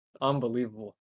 Unbelievable